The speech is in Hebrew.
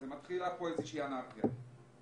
מתחילה פה איזושהי אנרכיה.